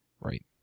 Right